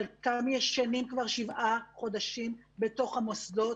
חלקם ישנים כבר שבעה חודשים בתוך המוסדות.